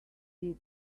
did